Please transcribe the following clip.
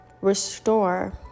restore